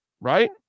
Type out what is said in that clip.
Right